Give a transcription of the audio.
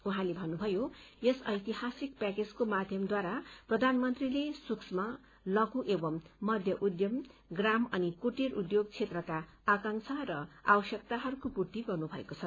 उहाँले भन्नुभयो यस ऐतिहासिक प्याकेजको माध्यमद्वारा प्रधानमन्त्रीले सूक्ष्म लघु एवं मध्य उद्यम ग्राम औ कुटीर उद्योग क्षेत्रका आकांक्षा र आवश्यकताहरूको पूर्ति गरेको छ